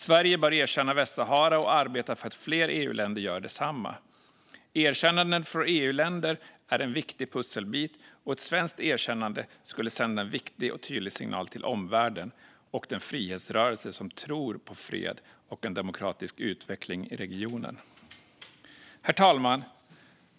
Sverige bör erkänna Västsahara och arbeta för att fler EU-länder gör detsamma. Erkännanden från EU-länder är en viktig pusselbit, och ett svenskt erkännande skulle sända en viktig och tydlig signal till omvärlden och den frihetsrörelse som tror på fred och en demokratisk utveckling i regionen. Herr talman!